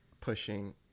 pushing